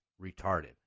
retarded